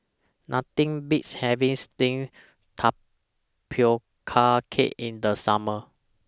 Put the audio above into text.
Nothing Beats having Steamed Tapioca Cake in The Summer